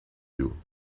you